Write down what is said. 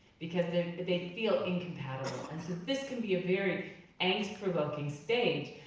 because they they feel incompatible. and so this can be a very angst-provoking stage,